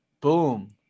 Boom